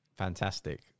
Fantastic